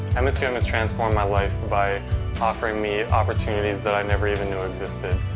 um so um has transformed my life by offering me opportunities that i never even knew existed.